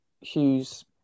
Hughes